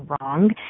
wrong